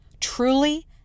Truly